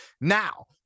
now